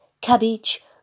cabbage